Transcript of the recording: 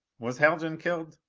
was haljan killed?